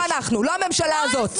לא הממשלה הזאת.